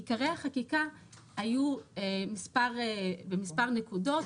עיקרי החקיקה היו במספר נקודות,